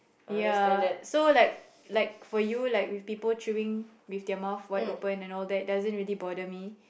ya so like like for you like with people chewing with their mouth open all that it doesn't really bother me